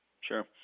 Sure